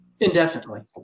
indefinitely